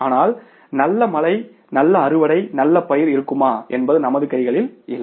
ஆனால் நல்ல மழை நல்ல அறுவடை நல்ல பயிர் இருக்குமா என்பது நமது கைகளில் இல்லை